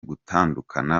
gutandukana